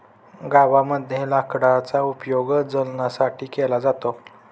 गावामध्ये लाकडाचा उपयोग जळणासाठी केला जातो